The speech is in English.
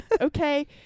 Okay